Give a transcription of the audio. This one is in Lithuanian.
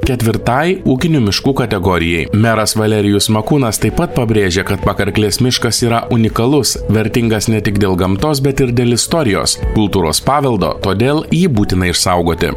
ketvirtai ūkinių miškų kategorijai meras valerijus makūnas taip pat pabrėžė kad pakarklės miškas yra unikalus vertingas ne tik dėl gamtos bet ir dėl istorijos kultūros paveldo todėl jį būtina išsaugoti